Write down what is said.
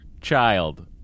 child